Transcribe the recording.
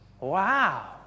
Wow